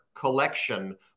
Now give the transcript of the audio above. collection